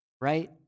right